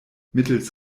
mittels